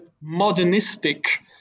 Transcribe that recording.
modernistic